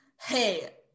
hey